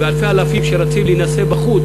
ואלפי-האלפים שרצים להינשא בחוץ,